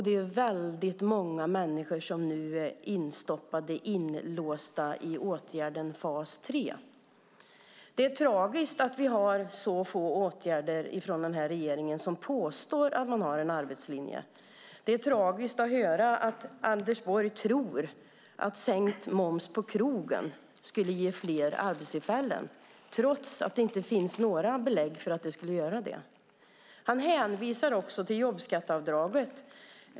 Det är väldigt många människor som nu är instoppade och inlåsta i åtgärden fas 3. Det är tragiskt att vi har så få åtgärder från den här regeringen som påstår att man har en arbetslinje. Det är tragiskt att höra att Anders Borg tror att sänkt moms på krogen skulle ge fler arbetstillfällen, trots att det inte finns några belägg för att det skulle göra det. Han hänvisar också till jobbskatteavdraget.